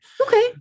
Okay